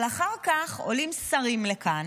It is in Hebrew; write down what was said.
אבל אחר כך עולים לכאן